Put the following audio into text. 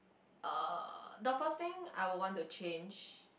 uh the first thing I would want to change